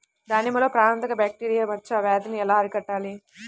దానిమ్మలో ప్రాణాంతక బ్యాక్టీరియా మచ్చ వ్యాధినీ ఎలా అరికట్టాలి?